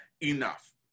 enough